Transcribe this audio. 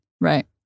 right